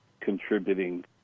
contributing